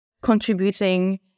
contributing